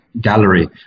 gallery